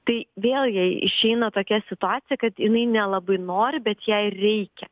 tai vėl jai išeina tokia situacija kad jinai nelabai nori bet jei reikia